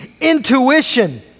intuition